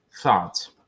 thoughts